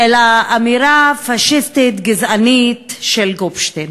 אלא אמירה פאשיסטית גזענית של גופשטיין.